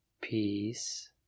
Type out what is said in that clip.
Peace